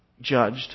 judged